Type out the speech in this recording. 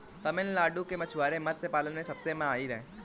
तमिलनाडु के मछुआरे मत्स्य पालन में सबसे माहिर हैं